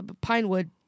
Pinewood